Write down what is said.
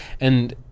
And-